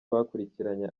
bakurikiranye